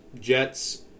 Jets